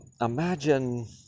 imagine